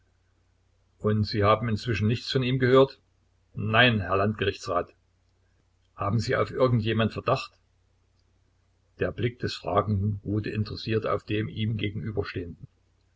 und sie haben inzwischen nichts von ihm gehört nein herr landgerichtsrat haben sie auf irgend jemand verdacht die blicke des fragenden ruhten interessiert auf dem ihm gegenüberstehenden